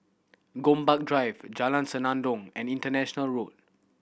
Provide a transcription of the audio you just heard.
Gombak Drive Jalan Senandong and International Road